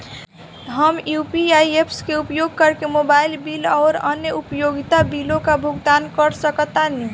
हम UPI apps के उपयोग करके मोबाइल बिल आउर अन्य उपयोगिता बिलों का भुगतान कर सकतानी